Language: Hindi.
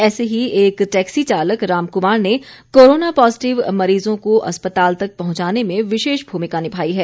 ऐसे ही एक टैक्सी चालक रामकुमार ने कोरोना पॉजिटिव मरीजों को अस्पताल तक पहुंचाने में विशेष भूमिका निभाई है